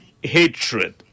hatred